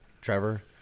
Trevor